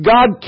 God